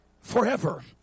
forever